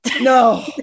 no